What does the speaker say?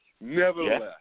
nevertheless